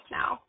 now